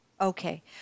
Okay